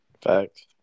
Facts